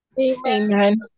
Amen